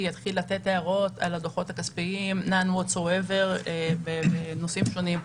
לתת הערות על הדוחות הכספיים בנושאים שונים.